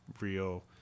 real